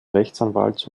rechtsanwalts